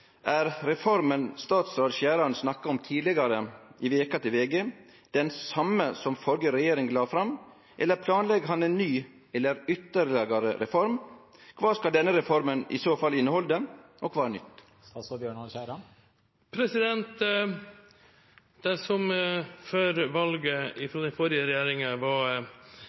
er: Er reforma statsråd Skjæran snakka om tidlegare i veka til VG den same som den førre regjering la fram, eller planlegg han ei ny eller ytterlegare ei reform? Kva skal denne reforma i så fall innehalde, og kva er nytt? Det som før valget fra den forrige regjeringen var